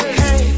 hey